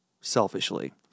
selfishly